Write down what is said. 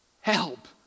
Help